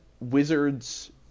wizards